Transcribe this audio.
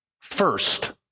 first